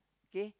K